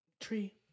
Tree